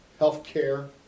Healthcare